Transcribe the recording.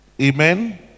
amen